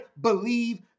believe